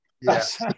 yes